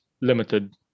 limited